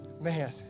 man